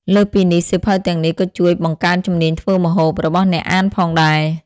លើសពីនេះ សៀវភៅទាំងនេះក៏ជួយ បង្កើនជំនាញធ្វើម្ហូប របស់អ្នកអានផងដែរ។